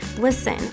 Listen